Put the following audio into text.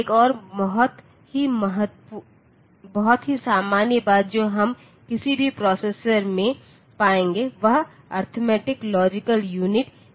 एक और बहुत ही सामान्य बात जो हम किसी भी प्रोसेसर में पाएंगे वह अरिथमेटिक लॉजिक यूनिट या ALU है